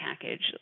package